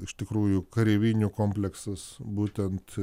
iš tikrųjų kareivinių kompleksas būtent